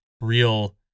real